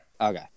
Okay